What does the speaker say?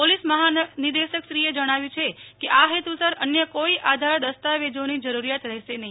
police મહાનિદેશકશ્રીએ જણાવ્યું છે કે આ હેતુસર અન્ય કોઇ આધાર દસ્તાવેજોની જરૂરિયાત રહેશે નહિ